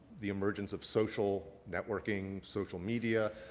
the emergence of social networking, social media